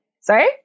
sorry